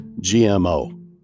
GMO